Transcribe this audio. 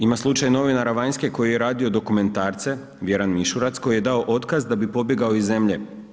Ima slučaj novinara vanjske koji je radio dokumentarce Vjeran Mišurac koji je dao otkaz da bi pobjegao iz zemlje.